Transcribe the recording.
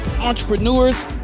entrepreneurs